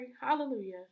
hallelujah